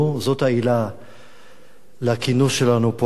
זאת העילה לכינוס שלנו פה עכשיו,